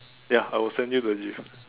ya I will send you the gif